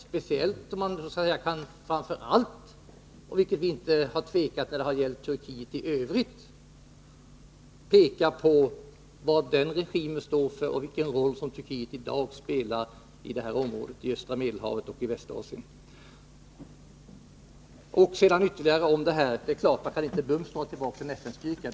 När det gäller Turkiet i övrigt har vi inte tvekat att peka på vad dess regim står för och vilken roll Turkiet i dag spelar i det här området, östra Medelhavet och västra Asien. Vidare: Man kan inte bums dra tillbaka en FN-styrka.